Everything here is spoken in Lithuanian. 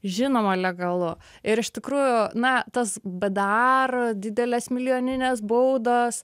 žinoma legalu ir iš tikrųjų na tas bdar didelės milijoninės baudos